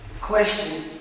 question